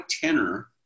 tenor